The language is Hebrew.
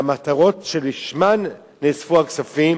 והמטרות שלשמן נאספו הכספים,